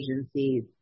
agencies